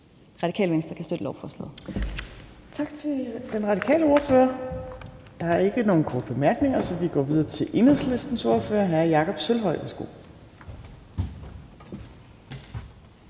Tredje næstformand (Trine Torp): Tak til den radikale ordfører. Der er ikke nogen korte bemærkninger, så vi går videre til Enhedslistens ordfører, hr. Jakob Sølvhøj. Værsgo.